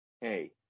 hey